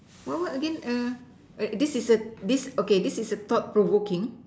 what what what again this is a this okay this is a thought provoking